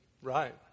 Right